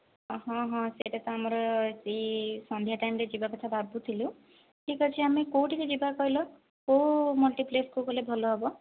ହଁ ହଁ ସେଇଟା ତ ଆମର ସେଇ ସନ୍ଧ୍ୟା ଟାଇମ ରେ ଯିବାକଥା ଭାବୁଥିଲୁ ଠିକ୍ଅଛି ଆମେ କେଉଁଠିକି ଯିବା କହିଲ କେଉଁ ମଲ୍ଟିପ୍ଲେସକୁ ଗଲେ ଭଲହେବ